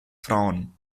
frauen